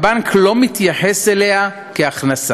הבנק לא מתייחס אליה כהכנסה